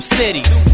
cities